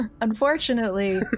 unfortunately